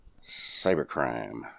cybercrime